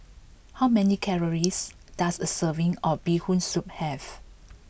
how many calories does a serving of Bee Hoon Soup have